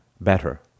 better